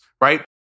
right